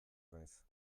naiz